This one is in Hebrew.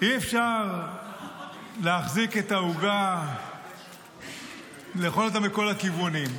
אי-אפשר להחזיק את העוגה ולאכול אותה מכל הכיוונים.